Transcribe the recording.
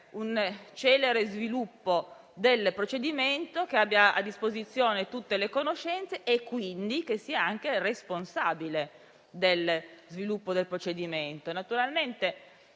un celere sviluppo del procedimento e di avere a disposizione tutte le conoscenze in modo che sia anche il responsabile dello sviluppo del procedimento. Avremmo